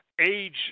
Age